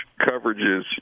coverages